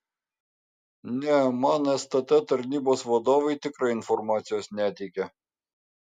ne man stt tarnybos vadovai tikrai informacijos neteikė